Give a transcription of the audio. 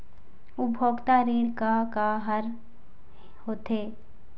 उपभोक्ता ऋण का का हर होथे?